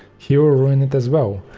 he will ruin it as well.